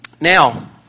Now